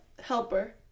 helper